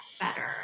better